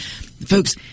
folks